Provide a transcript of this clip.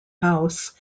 house